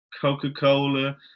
Coca-Cola